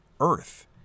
earth